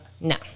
No